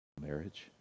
marriage